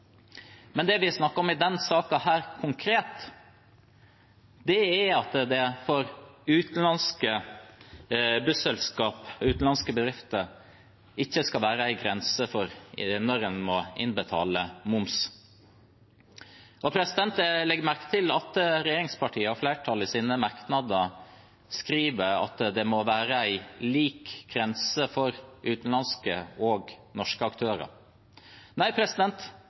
Men det vi snakker om i denne saken konkret, er at det for utenlandske busselskaper og bedrifter ikke skal være en grense for når en må innbetale moms. Jeg legger merke til at regjeringspartiene og flertallet i sine merknader skriver at det må være en lik grense for utenlandske og norske aktører. Nei,